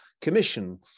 Commission